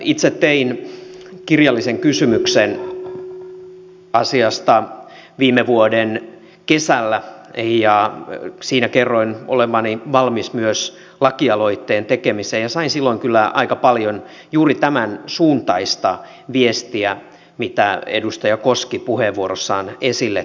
itse tein kirjallisen kysymyksen asiasta viime vuoden kesällä ja siinä kerroin olevani valmis myös lakialoitteen tekemiseen ja sain silloin kyllä aika paljon juuri tämän suuntaista viestiä mitä edustaja koski puheenvuorossaan esille toi